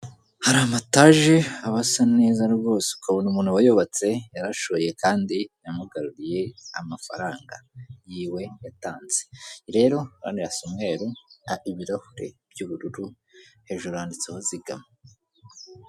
Hari amatage aba asa neza rwose ukabona umuntu wayubatse yarashoye kandi yamugaruriye amafaranga yiwe yatanze. Rero urabona aya asa umweru n'ibirahure by'ubururu hejuru yanditseho zigama.